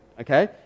okay